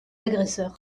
agresseurs